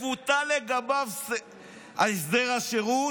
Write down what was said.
"יבוטל לגביו הסדר השירות.